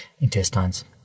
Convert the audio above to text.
intestines